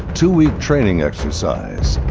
two-week training exercise.